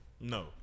no